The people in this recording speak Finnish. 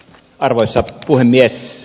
arvoisa puhemies